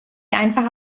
einfache